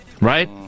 right